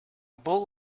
bowl